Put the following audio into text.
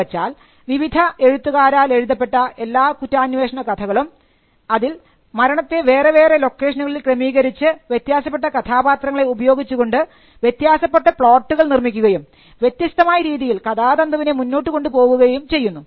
എന്നുവെച്ചാൽ വിവിധ എഴുത്തുകാരാൽ എഴുതപ്പെട്ട എല്ലാ കുറ്റാന്വേഷണ കഥകളും അതിൽ മരണത്തെ വേറെ വേറെ ലൊക്കേഷനുകളിൽ ക്രമീകരിച്ചു വ്യത്യാസപ്പെട്ട കഥാപാത്രങ്ങളെ ഉപയോഗിച്ചുകൊണ്ട് വ്യത്യാസപ്പെട്ട പ്ലോട്ടുകൾ നിർമ്മിക്കുകയും വ്യത്യസ്തമായ രീതിയിൽ കഥാതന്തുവിനെ മുന്നോട്ടു കൊണ്ടുപോവുകയും ചെയ്യുന്നു